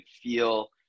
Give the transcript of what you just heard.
feel